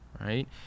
right